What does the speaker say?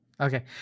Okay